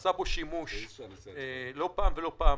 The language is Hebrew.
שימוש לא פעם ולא פעמיים.